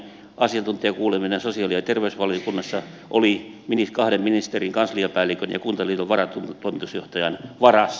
asiantuntijakuuleminen sosiaali ja terveysvaliokunnassa oli kahden ministerin kansliapäällikön ja kuntaliiton varatoimitusjohtajan varassa